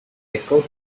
echoed